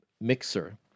Mixer